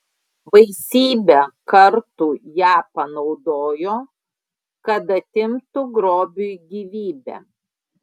baisybę kartų ją panaudojo kad atimtų grobiui gyvybę